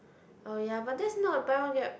oh ya but that's not buy one get